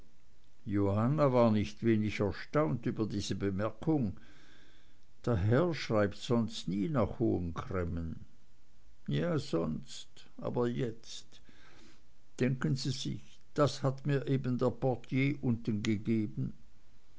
johanna war nicht wenig erstaunt über diese bemerkung der herr schreibt sonst nie nach hohen cremmen ja sonst aber jetzt denken sie sich das hat mir eben der portier unten gegeben